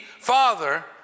father